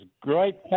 great